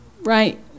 Right